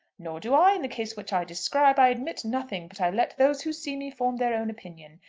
nor do i, in the case which i describe. i admit nothing but i let those who see me form their own opinion.